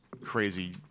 crazy